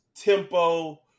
tempo